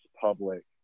public